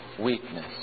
weakness